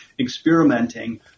experimenting